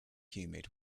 humid